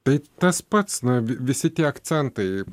tai tas pats na vi visi tie akcentai